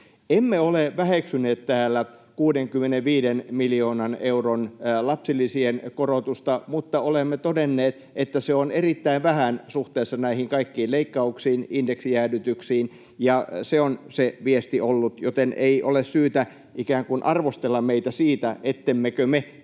Emme ole väheksyneet täällä 65 miljoonan euron lapsilisien korotusta, mutta olemme todenneet, että se on erittäin vähän suhteessa näihin kaikkiin leikkauksiin, indeksijäädytyksiin. Se on se viesti ollut, joten ei ole syytä ikään kuin arvostella meitä siitä, ettemmekö me